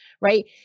right